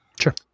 Sure